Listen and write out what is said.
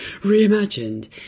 Reimagined